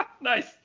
Nice